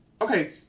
okay